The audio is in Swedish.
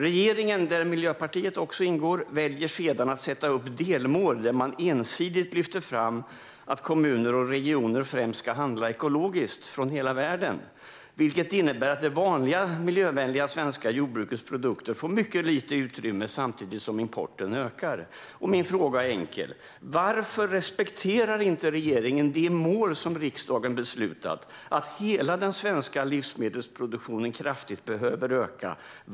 Regeringen, där även Miljöpartiet ingår, väljer sedan att sätta upp delmål där man ensidigt lyfter fram att kommuner och regioner främst ska handla ekologiskt från hela världen. Det innebär att det vanliga, miljövänliga svenska jordbrukets produkter får mycket lite utrymme samtidigt som importen ökar. Mina frågor är enkla: Varför respekterar inte regeringen de mål om att hela den svenska livsmedelsproduktionen ska öka som riksdagen har beslutat om?